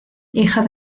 hija